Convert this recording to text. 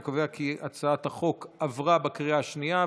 אני קובע כי הצעת החוק עברה בקריאה השנייה.